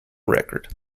record